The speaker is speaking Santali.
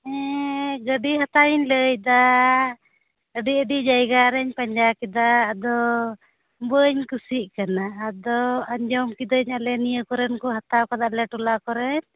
ᱦᱮᱸ ᱜᱟᱹᱰᱤ ᱦᱟᱛᱟᱣᱤᱧ ᱞᱟᱹᱭᱮᱫᱟ ᱟᱹᱰᱤ ᱟᱹᱰᱤ ᱡᱟᱭᱜᱟ ᱨᱤᱧ ᱯᱟᱸᱡᱟ ᱠᱮᱫᱟ ᱟᱫᱚ ᱵᱟᱹᱧ ᱠᱩᱥᱤᱜ ᱠᱟᱱᱟ ᱟᱫᱚ ᱟᱸᱡᱚᱢ ᱠᱤᱫᱟᱹᱧ ᱟᱞᱮ ᱱᱤᱭᱟᱹ ᱠᱚᱨᱮᱱ ᱠᱚ ᱦᱟᱛᱟᱣ ᱠᱮᱫᱟ ᱟᱞᱮ ᱴᱚᱞᱟ ᱠᱚᱨᱮᱱ